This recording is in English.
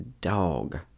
dog